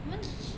你们有